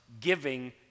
giving